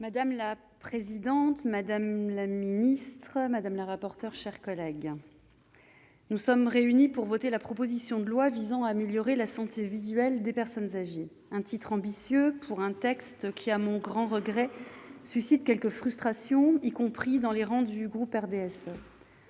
Madame la présidente, madame la secrétaire d'État, madame la rapporteur, chers collègues, nous sommes réunis pour voter la proposition de loi visant à améliorer la santé visuelle des personnes âgées : un intitulé ambitieux pour un texte qui, à mon grand regret, suscite quelque frustration, y compris dans les rangs du groupe RDSE.